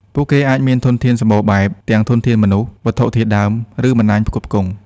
ពួកគេអាចមានធនធានសម្បូរបែប ទាំងធនធានមនុស្ស វត្ថុធាតុដើម ឬបណ្តាញផ្គត់ផ្គង់។